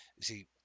see